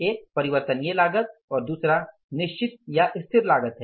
एक परिवर्तनीय लागत है और दूसरा निश्चित लागत है